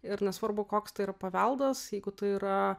ir nesvarbu koks tai yra paveldas jeigu tai yra